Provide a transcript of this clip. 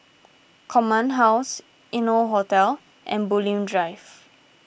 Command House Innotel Hotel and Bulim Drive